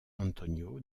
antonio